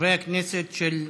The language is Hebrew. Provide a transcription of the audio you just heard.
חברי הכנסת של מרצ.